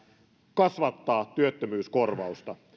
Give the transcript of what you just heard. kasvattaa työttömyyskorvausta